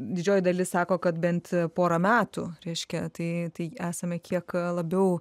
didžioji dalis sako kad bent pora metų reiškia tai tai esame kiek labiau